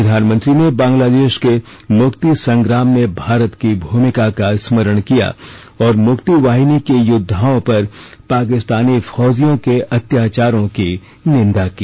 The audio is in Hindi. प्रधानमंत्री ने बांग्लादेश के मुक्ति संग्राम में भारत की भूमिका का स्मरण किया और मुक्ति वाहिनी के योद्वाओं पर पाकिस्तानी फौजियों के अत्याचारों की निंदा की